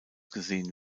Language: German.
gesehen